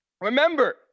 remember